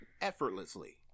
Effortlessly